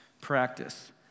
practice